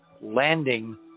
landing